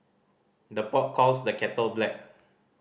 the pot calls the kettle black